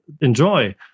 enjoy